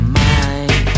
mind